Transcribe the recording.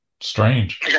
strange